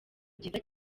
byiza